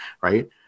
right